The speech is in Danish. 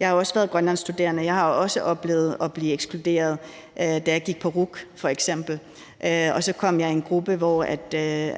Jeg har også været grønlandsstuderende, og jeg har også oplevet at blive ekskluderet, da jeg gik på RUC f.eks., og så kom jeg i en gruppe, hvor